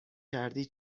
کردی